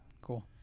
cool